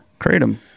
kratom